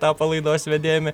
tapo laidos vedėjumi